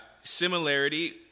Similarity